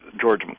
George